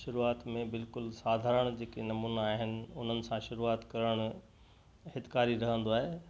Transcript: शुरूआत में बिल्कुलु साधारण जेके नमुना आहिनि उन्हनि सां शुरूआत करण हितकारी रहंदो आहे